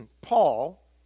Paul